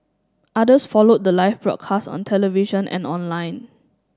others followed the live broadcast on television and online